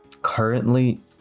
currently